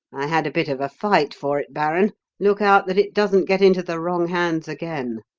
i had a bit of a fight for it, baron look out that it doesn't get into the wrong hands again.